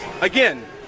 Again